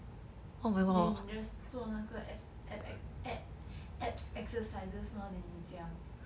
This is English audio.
then 你 just 做那个 ab ex~ ab abs exercises lor that 你讲